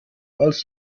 als